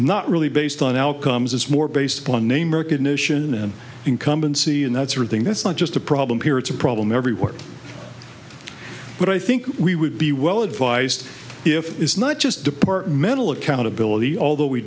not really based on outcomes it's more based on name recognition and incumbency and that sort of thing that's not just a problem here it's a problem everywhere but i think we would be well advised if it's not just departmental accountability although we